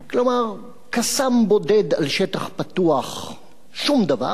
כלומר, "קסאם" בודד על שטח פתוח, שום דבר,